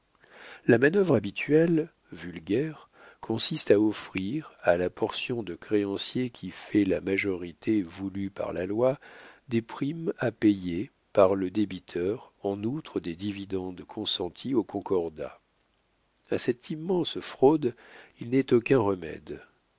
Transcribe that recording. la manœuvre habituelle vulgaire consiste à offrir à la portion de créanciers qui fait la majorité voulue par la loi des primes à payer par le débiteur en outre des dividendes consentis au concordat a cette immense fraude il n'est aucun remède